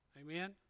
Amen